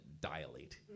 dilate